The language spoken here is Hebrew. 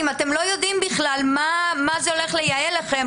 אם אתם לא יודעים בכלל מה זה הולך לייעל לכם,